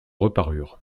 reparurent